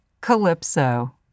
Calypso